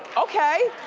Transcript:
okay,